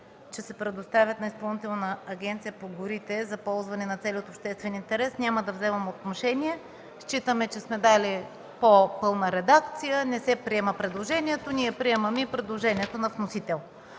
че се предоставят на Изпълнителна агенция по горите за ползване за цели от обществен интерес, няма да вземам отношение. Считаме, че сме дали по-пълна редакция. Не се приема предложението. Ние приемаме предложението на вносител,